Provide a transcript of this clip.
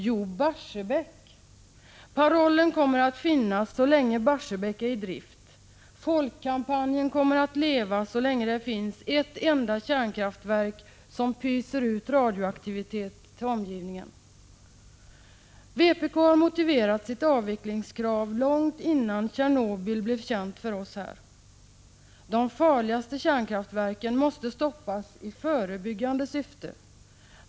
Jo, Barsebäck! Parollen kommer att finnas så länge Barsebäck är i drift. Folkkampanjen kommer att leva så länge det finns ett enda kärnkraftverk som pyser radioaktivitet till omgivningen. Vpk hade motiverat sitt avvecklingskrav långt innan Tjernobyl blev känt för oss här. De farligaste kärnkraftverken måste stoppas i förebyggande syfte.